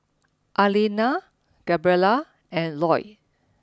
Arlena Gabriela and Lloyd